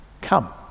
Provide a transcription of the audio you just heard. come